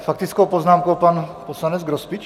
Faktickou poznámku pan poslanec Grospič?